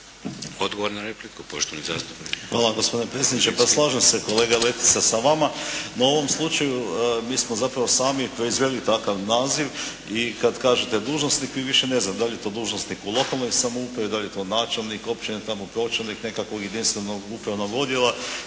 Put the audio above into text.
**Ledinski, Željko (HSS)** Hvala vam gospodine predsjedniče. Pa slažem se kolega Letica sa vama da u ovom slučaju mi smo zapravo sami proizveli takav naziv i kad kažete dužnosnik vi više ne znate da li je to dužnosnik u lokalnoj samoupravi? Da li je to načelnik općine, tamo pročelnik nekakvog jedinstvenog upravnog odjela?